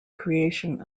creation